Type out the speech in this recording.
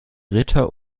ritter